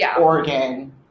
Oregon